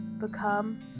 Become